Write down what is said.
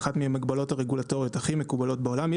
אחת מהמגבלות הרגולטוריות הכי מקובלות בעולם.